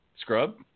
Scrub